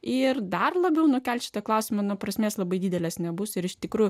ir dar labiau nukelsite klausimą nuo prasmės labai didelės nebus ir iš tikrųjų